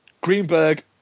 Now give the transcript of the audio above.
Greenberg